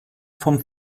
vom